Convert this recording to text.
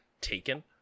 taken